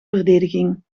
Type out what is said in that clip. verdediging